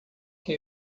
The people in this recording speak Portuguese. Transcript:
que